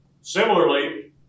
Similarly